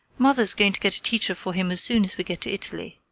mother's going to get a teacher for him as soon as we get to italy.